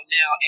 now